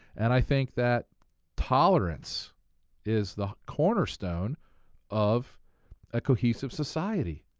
and i think that tolerance is the cornerstone of a cohesive society.